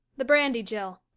the brandy, jill!